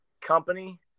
company